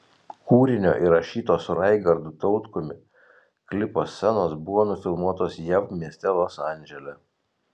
kūrinio įrašyto su raigardu tautkumi klipo scenos buvo nufilmuotos jav mieste los andžele